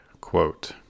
Quote